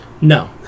no